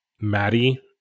Maddie